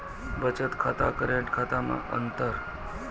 बचत खाता करेंट खाता मे अंतर?